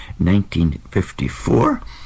1954